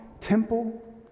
temple